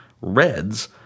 Reds